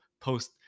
post